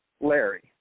Larry